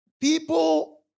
People